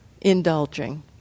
indulging